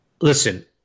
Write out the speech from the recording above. listen